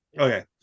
Okay